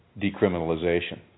decriminalization